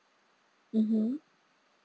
mmhmm